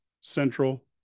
Central